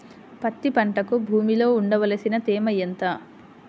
పత్తి పంటకు భూమిలో ఉండవలసిన తేమ ఎంత?